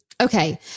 Okay